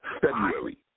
February